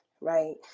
Right